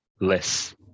less